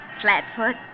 Flatfoot